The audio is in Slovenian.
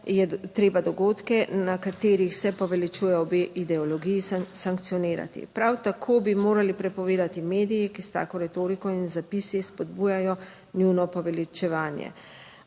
je treba dogodke, na katerih se poveličuje obe ideologiji, sankcionirati. Prav tako bi morali prepovedati medijem, da s tako retoriko in zapisi spodbujajo njuno poveličevanje.